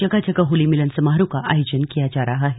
जगह जगह होली मिलन समारोह का आयोजन किया जा रहा है